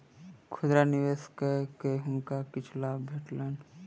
खुदरा निवेश कय के हुनका किछ लाभ भेटलैन